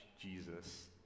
Jesus